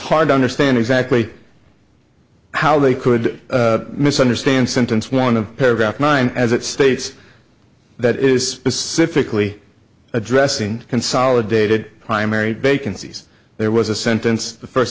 hard to understand exactly how they could misunderstand sentence one of paragraph nine as it states that is specifically addressing consolidated primary bacon sees there was a sentence the first